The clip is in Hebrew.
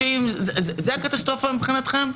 זו הקטסטרופה מבחינתכם?